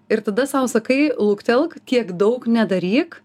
ir tada sau sakai luktelk tiek daug nedaryk